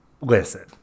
Listen